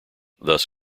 thus